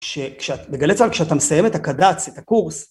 בגלי צה"ל כשאתה מסיים את הקד"צ, את הקורס...